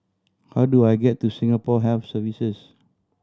how do I get to Singapore Health Services